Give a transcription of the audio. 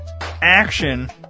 action